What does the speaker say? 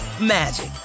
magic